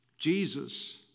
Jesus